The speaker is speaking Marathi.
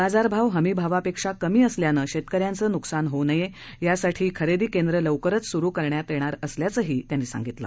बाजारभाव हमीभावापेक्षा कमी असल्यानं शेतकऱ्यांचे नुकसान होऊ नये यासाठी खरेदी केंद्र लवकरच सुरू करण्यात येणार असल्याचंही ते म्हणाले